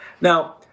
Now